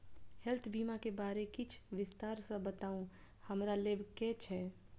Health बीमा केँ बारे किछ विस्तार सऽ बताउ हमरा लेबऽ केँ छयः?